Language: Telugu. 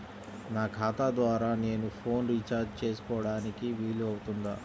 నా ఖాతా ద్వారా నేను ఫోన్ రీఛార్జ్ చేసుకోవడానికి వీలు అవుతుందా?